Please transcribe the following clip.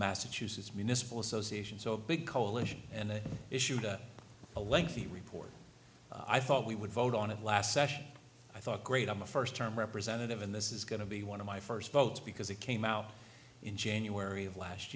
massachusetts municipal association so a big coalition and issued a lengthy report i thought we would vote on it last session i thought great i'm a first term representative and this is going to be one of my first votes because it came out in january of last